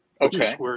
Okay